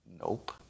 Nope